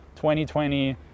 2020